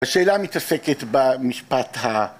השאלה מתעסקת במשפט ה...